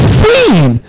seen